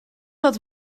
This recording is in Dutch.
dat